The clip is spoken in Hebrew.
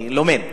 אני לומד.